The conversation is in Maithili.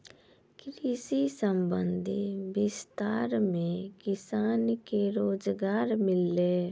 कृषि संबंधी विस्तार मे किसान के रोजगार मिल्लै